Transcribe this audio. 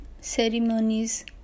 ceremonies